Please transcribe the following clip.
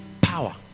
power